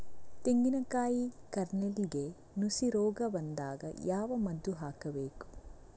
ತೆಂಗಿನ ಕಾಯಿ ಕಾರ್ನೆಲ್ಗೆ ನುಸಿ ರೋಗ ಬಂದಾಗ ಯಾವ ಮದ್ದು ಹಾಕಬೇಕು?